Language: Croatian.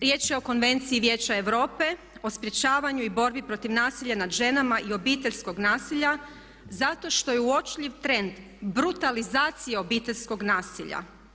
Riječ je o Konvenciji Vijeća Europe o sprječavanju i borbi protiv nasilja nad ženama i obiteljskog nasilja zato što je uočljiv trend brutalizacije obiteljskog nasilja.